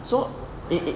so it